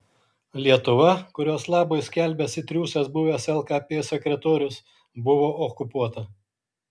lietuva kurios labui skelbiasi triūsęs buvęs lkp sekretorius buvo okupuota